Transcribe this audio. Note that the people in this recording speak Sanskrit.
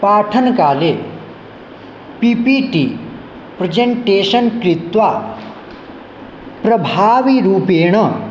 पाठन काले पि पि टि प्रजन्टेशन् कृत्वा प्रभावीरूपेण